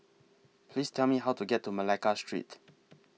Please Tell Me How to get to Malacca Street